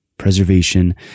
preservation